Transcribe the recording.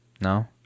No